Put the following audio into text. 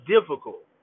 difficult